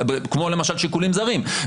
כמו למשל שיקולים זרים,